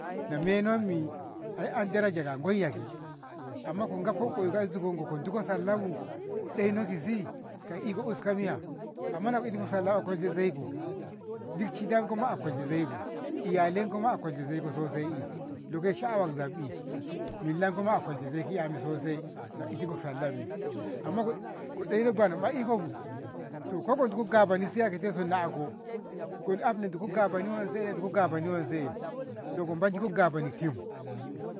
Na menommi ai an daraja ka gwaiye ke, amma ko gafko oyun kai nzugonko ko dukko sallah bu ko ɗeno kisi ko iko uska miya? amma nako itinko sallah a kwalti zaiko dik shiddanko a kwalti zaiko, iyalenkoma a kwalti zaiko sosai loke sha'awa zakbi, millankoma a kwalti zaiki 'yami sosai na itinko sallahmi, amma ko- koɗeno banoma iko bu toko ko ditko gabano siya ketesun na'ako, ko af indiko gaboni wanse eh indigo gaboni wanse to ko mantitko gaboni tim